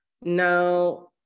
Now